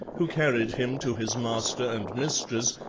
who carried him to his master and mistress,